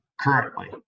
currently